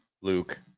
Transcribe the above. Luke